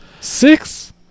Six